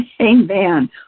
Amen